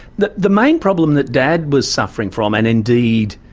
the the main problem that dad was suffering from and indeed,